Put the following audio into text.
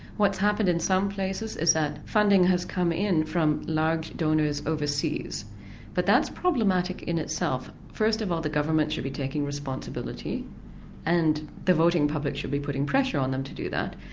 what's happened in some places is that funding has come in from large donors overseas but that's problematic in itself. first of all the government should be taking responsibility and the voting public should be putting pressure on them to do that.